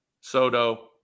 Soto